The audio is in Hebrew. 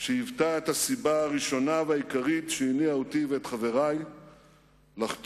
שהיוותה את הסיבה הראשונה והעיקרית שהניעה אותי ואת חברי לחתור